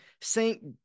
Saint